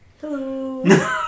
Hello